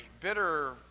bitter